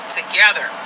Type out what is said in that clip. together